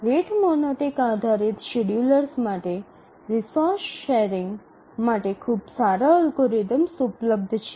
rate monotonic આધારિત schedulers માટે resource sharing માટે ખૂબ સારા અલ્ગોરિધમ્સ ઉપલબ્ધ છે